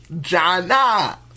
Jana